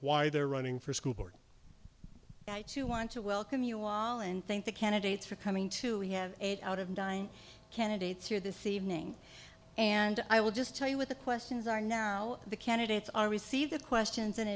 why they're running for school board i want to welcome you all and thank the candidates for coming to we have eight out of dine candidates here this evening and i will just tell you what the questions are now the candidates are receive the questions in